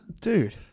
dude